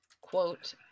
quote